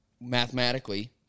mathematically